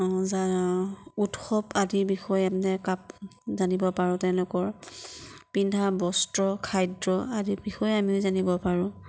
উৎসৱ আদিৰ বিষয়ে মানে জানিব পাৰোঁ তেওঁলোকৰ পিন্ধা বস্ত্ৰ খাদ্য আদিৰ বিষয়েও আমি জানিব পাৰোঁ